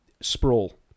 sprawl